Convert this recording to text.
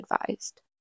advised